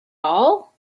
all